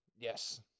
Yes